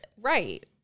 Right